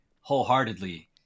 wholeheartedly